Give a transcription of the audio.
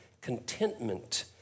contentment